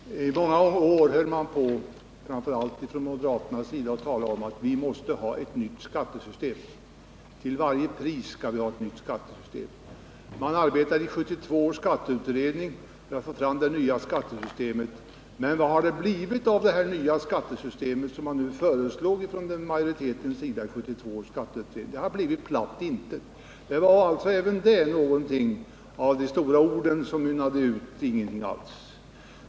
Herr talman! I många år talade framför allt moderaterna om att vi måste ha ett nytt skattesystem -— till varje pris. 1972 års skatteutredning arbetade på ett nytt skattesystem, men vad har det blivit av det nya skattesystem som utredningens majoritet föreslog? Jo, det har blivit platt intet. De stora orden mynnade ut i ingenting alls.